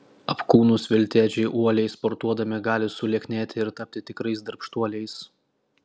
apkūnūs veltėdžiai uoliai sportuodami gali sulieknėti ir tapti tikrais darbštuoliais